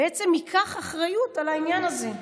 בעצם ייקח אחריות על העניין הזה,